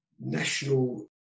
national